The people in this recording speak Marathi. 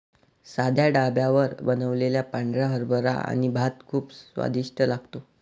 साध्या ढाब्यावर बनवलेला पांढरा हरभरा आणि भात खूप स्वादिष्ट लागतो